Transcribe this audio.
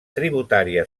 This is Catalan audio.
tributària